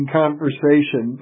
conversation